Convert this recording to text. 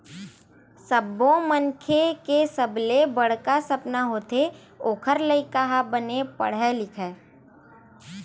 सब्बो मनखे के सबले बड़का सपना होथे ओखर लइका ह बने पड़हय लिखय